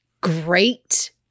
Great